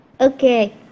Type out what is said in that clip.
okay